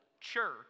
church